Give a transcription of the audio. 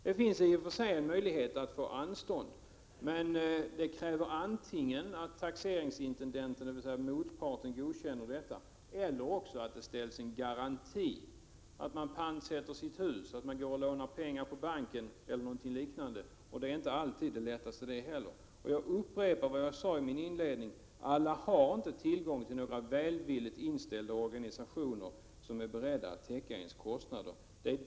Det finns i och för sig möjlighet att få anstånd, men då krävs det antingen att taxeringsintendenten, dvs. motparten, godkänner detta eller att det ställs en garanti, t.ex. att man pantsätter sitt hus, lånar pengar på bank eller liknande, och det är inte alltid det lättaste. Jag upprepar vad jag sade i mitt inledningsanförande: Alla har inte tillgång till välvilligt inställda organisationer som är beredda att täcka deras kostnader.